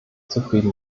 zufrieden